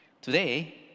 Today